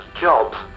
jobs